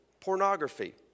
Pornography